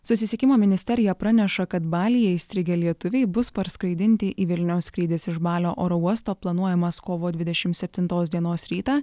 susisiekimo ministerija praneša kad balyje įstrigę lietuviai bus parskraidinti į vilnių skrydis iš balio oro uosto planuojamas kovo dvidešim septintos dienos rytą